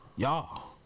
Y'all